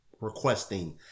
requesting